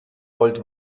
wollt